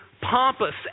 pompous